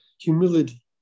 humility